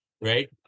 right